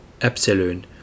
epsilon